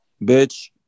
bitch